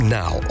now